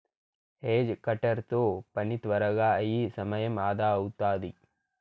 hedge cutter తో పని త్వరగా అయి సమయం అదా అవుతాది